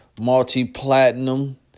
multi-platinum